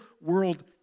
world